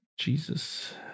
Jesus